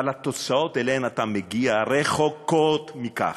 אבל התוצאות שאליהן אתה מגיע רחוקות מכך.